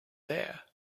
there